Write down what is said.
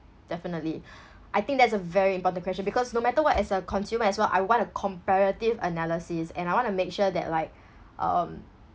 definitely I think that's a very important question because no matter what as a consumer as well I want a comparative analysis and I want to make sure that like um